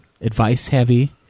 advice-heavy